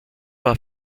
war